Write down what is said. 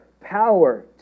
power